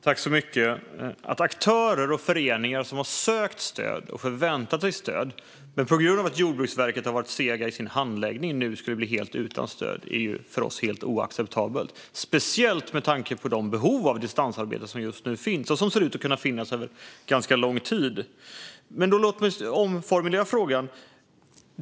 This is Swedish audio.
Fru talman! Att aktörer och föreningar som sökt stöd och förväntat sig stöd men på grund av att Jordbruksverket varit segt i sin handläggning nu skulle bli helt utan stöd är för oss helt oacceptabelt, särskilt med tanke på de behov av distansarbete som finns just nu och ser ut att kunna finnas under ganska lång tid. Låt mig omformulera frågan.